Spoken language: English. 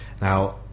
Now